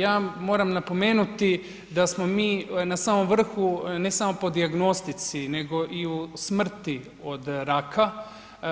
Ja moram napomenuti da smo mi na samom vrhu ne samo po dijagnostici nego i u smrti od raka,